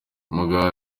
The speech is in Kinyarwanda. umugabo